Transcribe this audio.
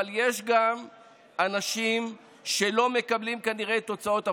אבל יש גם אנשים שלא מקבלים כנראה את תוצאות הבחירות.